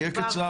יהיה קצר,